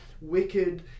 wicked